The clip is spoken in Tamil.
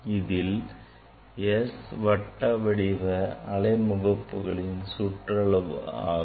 இதில் S வட்ட அலை முகப்புகளின் சுற்றளவு ஆகும்